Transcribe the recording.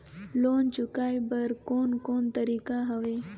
Loan चुकाए बर कोन कोन तरीका हवे?